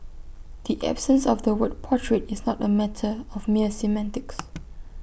the absence of the word portrayed is not A matter of mere semantics